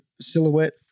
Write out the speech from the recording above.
silhouette